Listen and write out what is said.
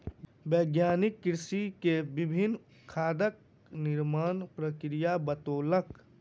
वैज्ञानिक कृषक के विभिन्न खादक निर्माण प्रक्रिया बतौलक